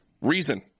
reason